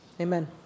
Amen